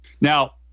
Now